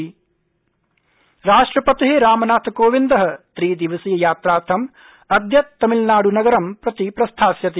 राष्ट्रपति तमिलनाडु राष्ट्रपति रामनाथकोविन्द त्रिदिवसीय यात्रार्थं अद्य तमिलनाडुनगरं प्रति प्रस्थास्यति